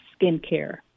skincare